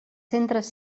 centres